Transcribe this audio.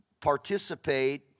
participate